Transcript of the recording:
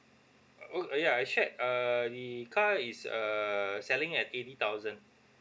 oh yeah I shared uh the car is err selling at eighty thousand